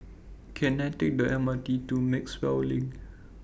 Can I Take The MRT to Maxwell LINK